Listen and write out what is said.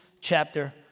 chapter